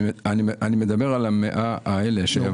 אני מדבר על ה-100 שהעברנו.